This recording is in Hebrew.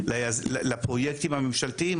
לפרויקטים הממשלתיים,